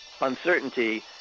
uncertainty